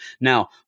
now